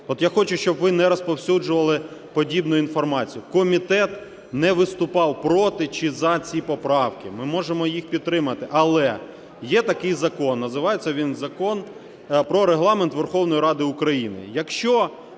От я хочу, щоб ви не розповсюджували подібну інформацію. Комітет не виступав проти чи за ці поправки, ми можемо їх підтримати. Але є такий закон, називається він Закон "Про Регламент Верховної Ради України".